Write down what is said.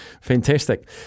Fantastic